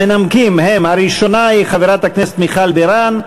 המנמקים הם, הראשונה היא חברת הכנסת מיכל בירן.